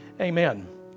amen